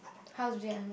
how did you unlock